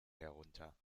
herunter